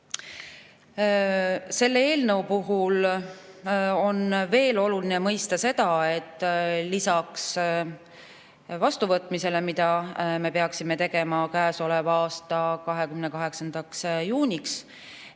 Selle eelnõu puhul on veel oluline mõista seda, et lisaks vastuvõtmisele, mille me peaksime tegema k.a 28. juuniks,